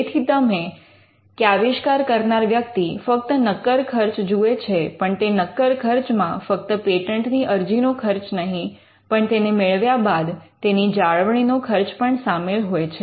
તેથી તમે કે આવિષ્કાર કરનાર વ્યક્તિ ફક્ત નકર ખર્ચ જુએ છે પણ તે નક્કર ખર્ચમાં ફક્ત પેટન્ટની અરજી નો ખર્ચ નહીં પણ તેને મેળવ્યા બાદ તેની જાળવણીનો ખર્ચ પણ સામેલ હોય છે